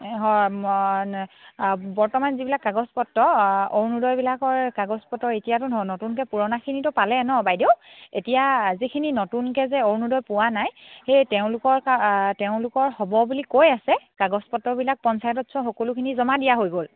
হয় বৰ্তমান যিবিলাক কাগজ পত্ৰ অৰুণোদয়বিলাকৰ কাগজ পত্ৰ এতিয়াতো ন নতুনকৈ পুৰণাখিনিতো পালে নহ্ বাইদেউ এতিয়া যিখিনি নতুনকৈ যে অৰুণোদয় পোৱা নাই সেই তেওঁলোকৰ কা তেওঁলোকৰ হ'ব বুলি কৈ আছে কাগজ পত্ৰবিলাক পঞ্চায়ত চ সকলোখিনি জমা দিয়া হৈ গ'ল